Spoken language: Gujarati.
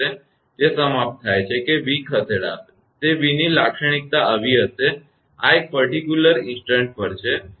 જે સમાપ્ત થાય છે કે v ખસેડાશે તે v ની લાક્ષણિકતા આવી હશે આ એક particular instantવિશિષ્ટ ઇન્સ્ટન્ટ પર છે